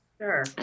sure